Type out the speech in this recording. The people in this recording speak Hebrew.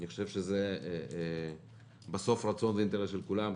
אני חושב שזה בסוף רצון ואינטרס של כולם,